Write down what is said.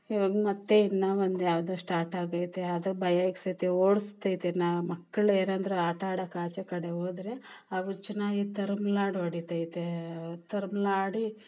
ಈವಾಗ ಮತ್ತೆ ಇನ್ನೂ ಒಂದು ಯಾವುದೋ ಸ್ಟಾರ್ಟ್ ಆಗೈತೆ ಅದು ಭಯ ಇಕ್ಕಿಸೈತೆ ನ ಓಡಿಸ್ತೈತೆ ನ ಮಕ್ಕಳು ಏನೆಂದ್ರೆ ಆಟ ಆಡೋಕೆ ಆಚೆ ಕಡೆ ಹೋದರೆ ಆ ಹುಚ್ಚು ನಾಯಿ ತರಮ್ಲಾಡಿ ಹೊಡಿತೈತೆ ತರಮ್ಮನಾಡಿ